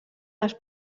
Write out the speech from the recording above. les